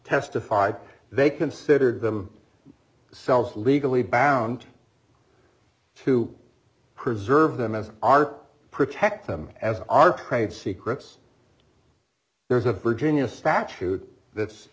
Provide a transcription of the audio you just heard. testified they considered them selves legally bound to preserve them as art protect them as our trade secrets there's a virginia statute that's